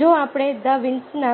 જો આપણે દા વિન્સીના